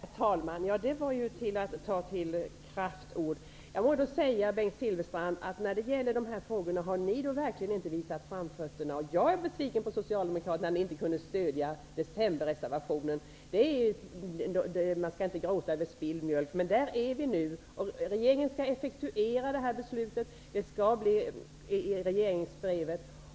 Herr talman! Det var att ta till kraftord. Jag får då säga, Bengt Silfverstrand, att när det gäller dessa frågor har ni verkligen inte visat framfötterna. Jag är besviken på att Socialdemokraterna inte kunde stödja decemberreservationen. Man skall inte gråta över spilld mjölk, men där är vi nu. Regeringen skall effektuera detta beslut. Det skall ske i regleringsbrevet.